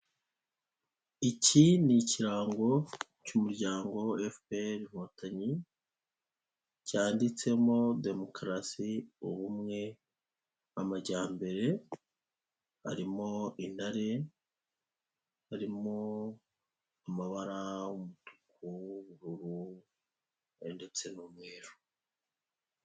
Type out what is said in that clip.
Iki ni ikirango cy'umuryango FPR inkotanyo cyanditsemo demokarasi, ubumwe amajyambere kirimo intare, harimo amabara umutuku, ubururu ndetse n'umweru.